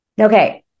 Okay